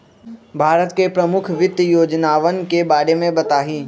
भारत के प्रमुख वित्त योजनावन के बारे में बताहीं